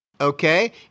okay